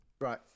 right